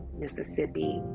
Mississippi